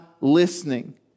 listening